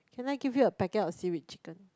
can I give you a packet of seaweed chicken